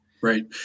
Right